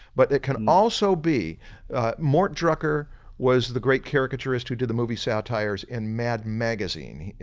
but that can also be mort drucker was the great caricaturist who did the movie satires and mad magazine,